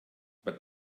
but